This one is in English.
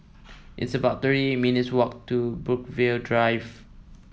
it's about thirty minutes' walk to Brookvale Drive